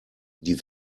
die